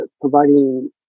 providing